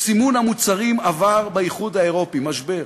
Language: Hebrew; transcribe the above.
סימון המוצרים עבר באיחוד האירופי, משבר,